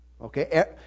Okay